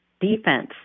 defense